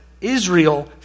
Israel